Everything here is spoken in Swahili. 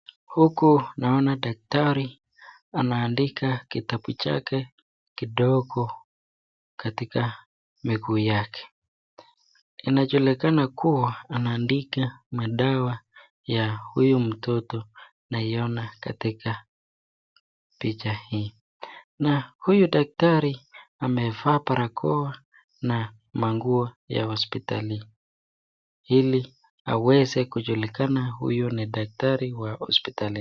Huku naona daktari anaandika kitabu chake kidogo katika mikuu yake. Inajulikana kuwa anaandika madawa ya huyu mtoto naiona katika picha hii. Na huyu daktari amevaa parakoo na manguo ya hospitali. Ili aweze kujulikana huyu ni daktari wa hospitali.